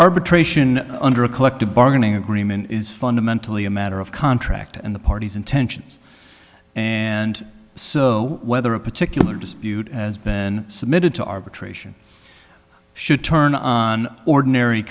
arbitration under a collective bargaining agreement is fundamentally a matter of contract and the parties intentions and so whether a particular dispute as been submitted to arbitration should turn on ordinary